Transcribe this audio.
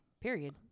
period